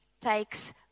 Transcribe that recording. takes